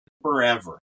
Forever